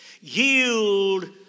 yield